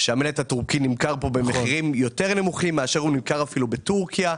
שהמלט התורכי נמכר פה במחירים יותר נמוכים מאשר הוא נמכר אפילו בתורכיה.